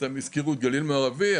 הזכירו את הגליל המערבי,